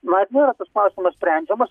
na nėra tas klausimas sprendžiama